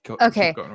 Okay